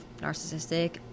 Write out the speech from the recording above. narcissistic